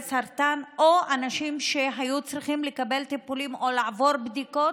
סרטן ואנשים שהיו צריכים לקבל טיפולים או לעבור בדיקות,